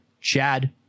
Chad